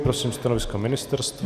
Prosím stanovisko ministerstva.